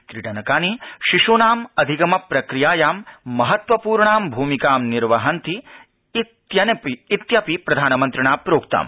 क्रीडनकानि शिशुनाम् अधिगमप्रक्रियायां महत्वपूर्णां भूमिकां निर्वहन्तिइत्यपि प्रधानमन्त्रिणा प्रोक्तम्